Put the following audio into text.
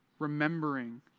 remembering